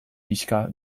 pixka